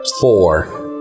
Four